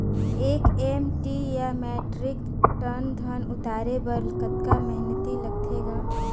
एक एम.टी या metric ton धन उतारे बर कतका मेहनती लगथे ग?